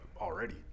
already